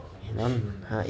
like